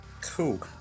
Cool